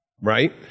Right